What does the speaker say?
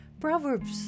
Proverbs